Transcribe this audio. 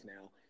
now